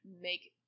make